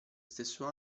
stesso